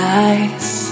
eyes